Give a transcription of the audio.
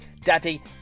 Daddy